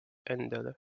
endale